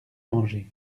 manger